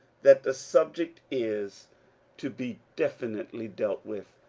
that the subject is to be definitely dealt with.